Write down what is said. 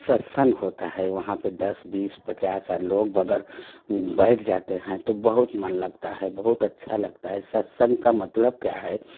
सत्संग होता है वहाँ पर दस बीस पचास लोग अगर बैठ जाते हैँ तो बहुत मन लगता है बहुत अच्छा लगता है सत्संग का मतलब क्या है कि